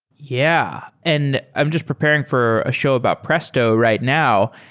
yeah. and i'm just preparing for a show about presto right now,